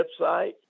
website